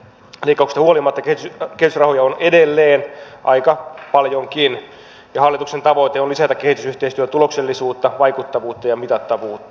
leikkauksista huolimatta kehitysrahoja on edelleen aika paljonkin ja hallituksen tavoite on lisätä kehitysyhteistyön tuloksellisuutta vaikuttavuutta ja mitattavuutta